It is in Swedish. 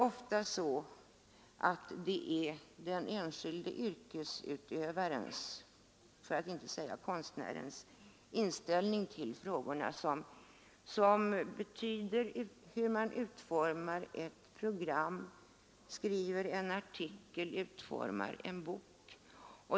Ofta är det den enskilde yrkesutövarens eller konstnärens inställning till frågorna som avgör utformningen av ett program, en artikel eller en bok.